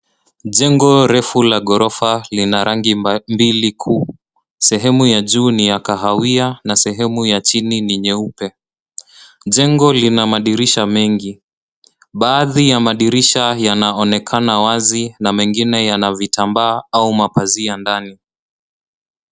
Jengo refu la ghorofa lina rangi mbili, sehemu ya juu ni ya kahawia na sehemu ya chini ni nyeupe. Jengo lina madirisha mengi baadhi ya madirisha hayo yanaonekana wazi na mengine yana vitambaa au mapazia ndani.